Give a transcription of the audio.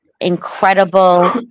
incredible